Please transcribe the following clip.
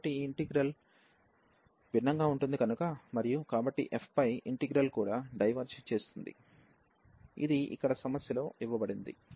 కాబట్టి ఈ ఇంటిగ్రల్ భిన్నంగా ఉంటుంది మరియు కాబట్టి f పై ఇంటిగ్రల్ కూడా డైవెర్జ్ చేస్తుంది ఇది ఇక్కడ సమస్యలో ఇవ్వబడింది